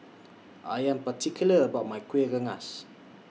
I Am particular about My Kuih Rengas